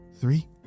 three